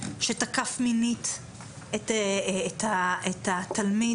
שתקף מינית את התלמיד,